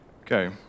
Okay